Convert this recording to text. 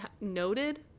noted